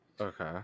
Okay